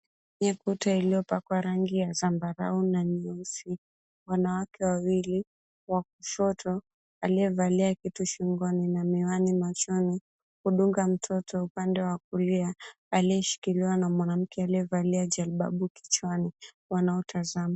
Ukuta iliyopakwa rangi ya zambarau na nyeusi, wanawake wawili wa kushoto aliyevalia kitu shingoni na miwani machoni anamdunga mtoto upande wa kulia ayeshikiliwa na mwanamke aliyevalia jalibabu kichwani, wanaotazama.